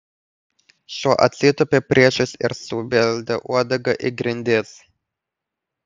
šuo atsitūpė priešais ir subeldė uodega į grindis